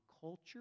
culture